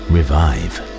Revive